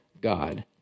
God